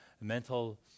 mental